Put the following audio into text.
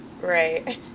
Right